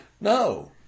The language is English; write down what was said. No